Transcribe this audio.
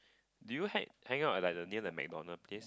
do you hang hang out at like near the McDonald place